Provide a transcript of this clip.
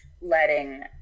letting